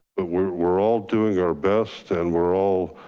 we're we're all doing our best and we're all